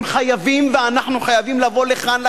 הם חייבים ואנחנו חייבים לבוא לכאן,